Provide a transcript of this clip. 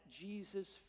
Jesus